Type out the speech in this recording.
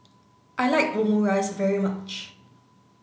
I like Omurice very much